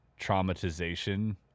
traumatization